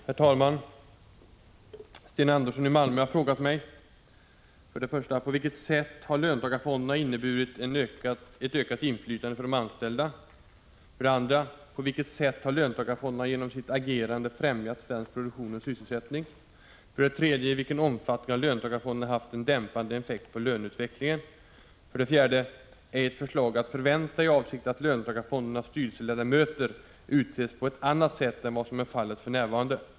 Herr talman! Sten Andersson i Malmö har frågat mig: 1. På vilket sätt har löntagarfonderna inneburit ett ökat inflytande för de anställda? 2. På vilket sätt har löntagarfonderna genom sitt agerande främjat svensk produktion och sysselsättning? 3. I vilken omfattning har löntagarfonderna haft en dämpande effekt på löneutvecklingen? 4. Ärett förslag att förvänta i avsikt att löntagarfondernas styrelseledamöter utses på ett annat sätt än vad som är fallet för närvarande?